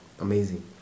amazing